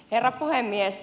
herra puhemies